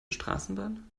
straßenbahn